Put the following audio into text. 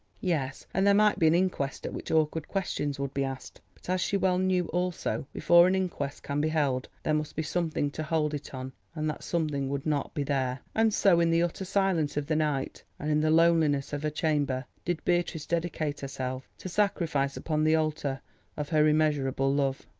yes, and there might be an inquest at which awkward questions would be asked. but, as she well knew also, before an inquest can be held there must be something to hold it on, and that something would not be there. and so in the utter silence of the night and in the loneliness of her chamber did beatrice dedicate herself to sacrifice upon the altar of her immeasurable love.